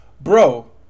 Bro